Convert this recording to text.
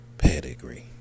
Pedigree